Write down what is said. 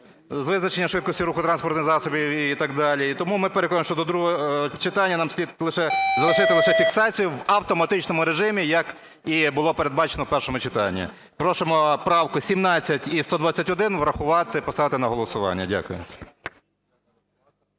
з визначення швидкості руху транспортних засобів і так далі. І тому ми переконані, що до другого читання нам слід залишити лише фіксацію в автоматичному режимі, як і було передбачено в першому читанні. Просимо правки 17 і 121 врахувати і поставити на голосування. Дякую.